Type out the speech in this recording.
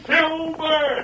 Silver